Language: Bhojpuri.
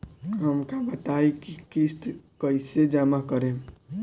हम का बताई की किस्त कईसे जमा करेम?